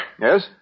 Yes